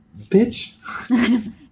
Bitch